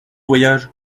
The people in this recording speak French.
voyage